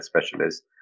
specialist